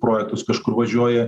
projektus kažkur važiuoja